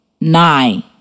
nine